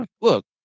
Look